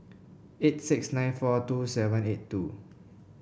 eight six nine four two seven eight two